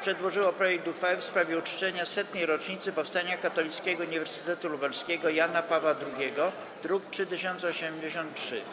przedłożyło projekt uchwały w sprawie uczczenia 100. rocznicy powstania Katolickiego Uniwersytetu Lubelskiego Jana Pawła II, druk nr 3083.